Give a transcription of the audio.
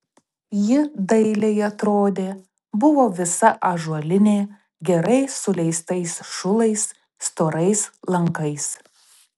ji dailiai atrodė buvo visa ąžuolinė gerai suleistais šulais storais lankais